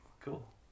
Cool